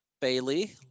Bailey